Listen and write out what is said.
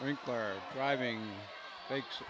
required driving takes